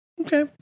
Okay